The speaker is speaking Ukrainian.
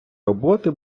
роботи